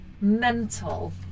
mental